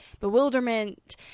bewilderment